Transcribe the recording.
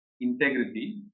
integrity